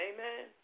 Amen